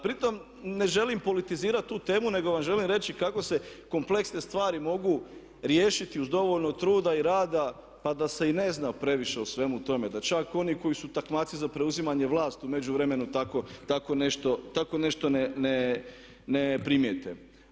Pritom ne želim politizirati tu temu nego vam želim reći kako se kompleksne stvari mogu riješiti uz dovoljno truda i rada pa da se i ne zna previše o svemu tome, da čak oni koji su takmaci za preuzimanje vlasti u međuvremenu tako nešto ne primijete.